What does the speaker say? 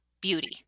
beauty